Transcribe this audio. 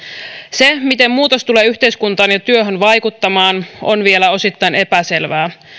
se miten muutos tulee yhteiskuntaan ja työhön vaikuttamaan on vielä osittain epäselvää